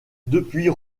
depuis